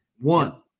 One